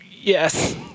yes